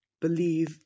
believe